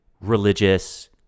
religious